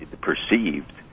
perceived